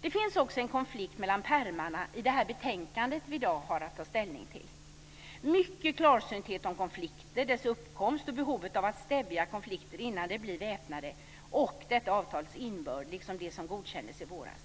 Det finns också en konflikt mellan pärmarna i det betänkande vi i dag har att ta ställning till. Det finns mycket klarsynthet om konflikter, deras uppkomst och behovet av att stävja konflikter innan de blir väpnade konflikter och detta avtals innebörd liksom det som godkändes i våras.